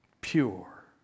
pure